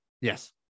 Yes